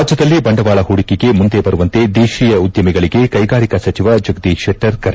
ರಾಜ್ಞದಲ್ಲಿ ಬಂಡವಾಳ ಹೂಡಿಕೆಗೆ ಮುಂದೆ ಬರುವಂತೆ ದೇತೀಯ ಉದ್ದಮಿಗಳಿಗೆ ಕ್ಲೆಗಾರಿಕಾ ಸಚಿವ ಜಗದೀಶ್ ಶೆಟ್ಲರ್ ಕರೆ